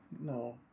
No